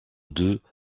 deux